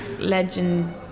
legend